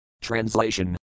Translation